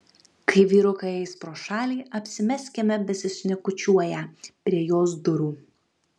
kai vyrukai eis pro šalį apsimeskime besišnekučiuoją prie jos durų